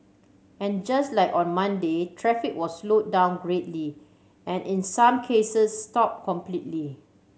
and just like on Monday traffic was slowed down greatly and in some cases stop completely